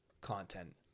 content